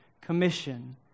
Commission